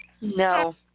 No